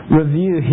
review